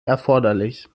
erforderlich